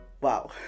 wow